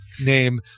Name